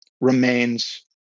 remains